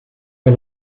mir